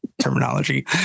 terminology